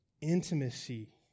Intimacy